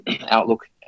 outlook